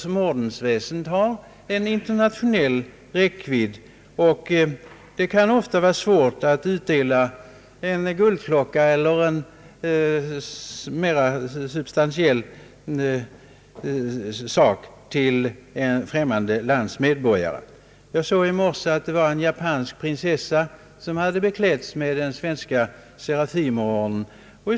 Ordensväsendet har internationell räckvidd och det kan ofta vara svårt eller olämpligt att utdela en guldklocka eller annan mera substantiell belöning till ett främmande lands medborgare. Jag såg i morse att en japansk prinsessa hade beklätts med den svenska Serafimerorden.